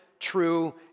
true